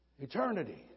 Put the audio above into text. Eternity